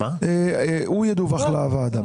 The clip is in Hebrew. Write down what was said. הוא ידווח לוועדה.